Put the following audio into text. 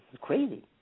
crazy